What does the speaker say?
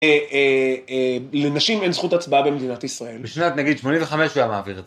אהה אהה לנשים אין זכות הצבעה במדינת ישראל. בשנת נגיד 85' הוא היה מעביר את זה.